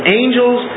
angels